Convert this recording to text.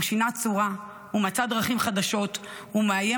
הוא שינה צורה ומצא דרכים חדשות ומאיים